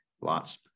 Lots